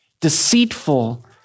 deceitful